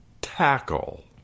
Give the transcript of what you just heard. Tackle